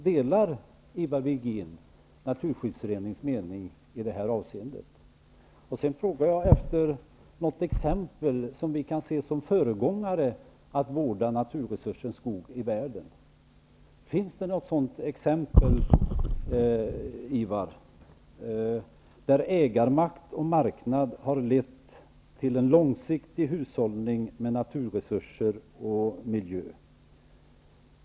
Delar Ivar Virgin Naturskyddsföreningens mening i det avseendet? Sedan frågade jag efter ett exempel på någon föregångare när det gäller att vårda naturresursen skog i världen. Finns det något exempel, Ivar Virgin, på att ägarmakt och marknad har lett till en långsiktig hushållning med naturresurser och miljö?